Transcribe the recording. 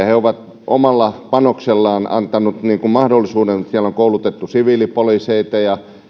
he ovat omalla panoksellaan antaneet ikään kuin mahdollisuuden siellä on koulutettu siviilipoliiseja ja